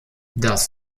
das